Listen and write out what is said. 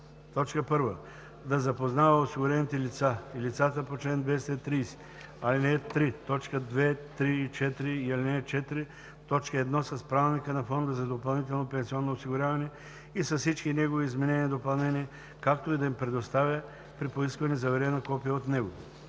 1. да запознава осигурените лица и лицата по чл. 230, ал. 3, т. 2, 3 и 4 и ал. 4, т. 1 с правилника на фонда за допълнително пенсионно осигуряване и с всички негови изменения и допълнения, както и да им предоставя при поискване заверено копие от него;